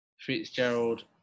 Fitzgerald